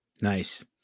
nice